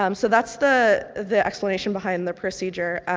um so that's the the explanation behind the procedure.